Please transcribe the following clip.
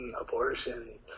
Abortion